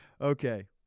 Okay